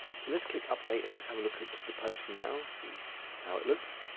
so let's click update and just have a look at the post now. see how it looks.